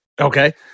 Okay